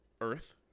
Earth